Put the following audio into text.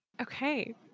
Okay